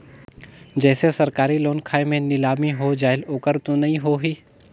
जैसे सरकारी लोन खाय मे नीलामी हो जायेल ओकर तो नइ होही?